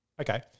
Okay